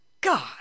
God